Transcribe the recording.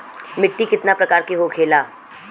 मिट्टी कितना प्रकार के होखेला?